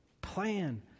plan